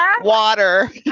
water